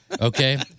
Okay